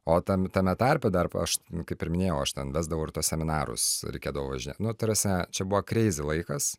o tam tame tarpe dar aš kaip ir minėjau aš ten vesdavo ir tuos seminarus reikėdavo važinėt nu ta prasme čia buvo kreizi laikas